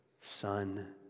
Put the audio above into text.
Son